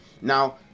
now